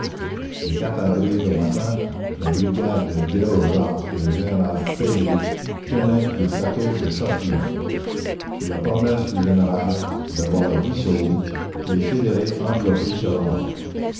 e avril au matin la brigade déroja et le général pellé tenaient le plateau de châtillon sur la promesse du général d'avoir la vie sauve les fédérés enveloppés se rendent